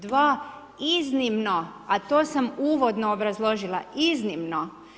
Dva iznimno a to sam uvodno obrazložila iznimno.